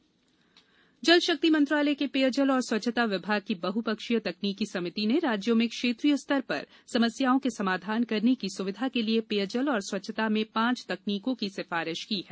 जलशक्ति मंत्रालय जल शक्ति मंत्रालय के पेयजल और स्वच्छता विभाग की बहु पक्षीय तकनीकी समिति ने राज्यों में क्षेत्रीय स्तर पर समस्याओं के समाधान करने की सुविधा के लिए पेयजल और स्वच्छता में पाँच तकनीकों की सिफारिश की है